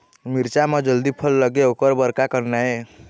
मिरचा म जल्दी फल लगे ओकर बर का करना ये?